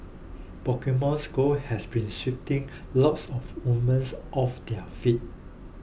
Pokemon Go has been sweeping lots of women's off their feet